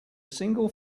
single